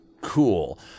cool